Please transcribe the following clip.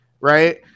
right